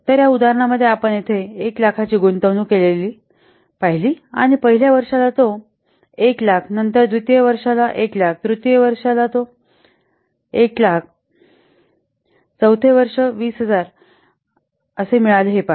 तर या उदाहरणामध्ये आपण येथे 100000 ची गुंतवणूक केलेली गुंतवणूक पाहिली आणि पहिल्या वर्षाला तो 100000 नंतर द्वितीय वर्ष 100000 तृतीय वर्ष 100000 चौथे वर्ष 20000 मिळाले हे पहा